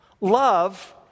love